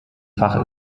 fach